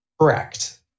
Correct